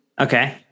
okay